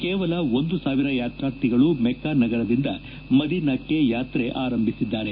ಕೇವಲ ಒಂದು ಸಾವಿರ ಯಾತ್ರಾರ್ಥಿಗಳು ಮೆಕ್ತಾ ನಗರದಿಂದ ಮದೀನಾಕ್ಷೆ ಯಾತ್ರೆ ಆರಂಭಿಸಿದ್ದಾರೆ